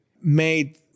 made